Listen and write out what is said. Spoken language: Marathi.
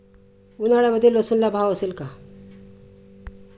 उन्हाळ्यामध्ये लसूणला भाव असेल का?